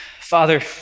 Father